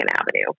avenue